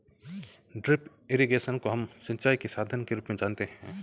drip irrigation को हम सिंचाई के साधन के रूप में जानते है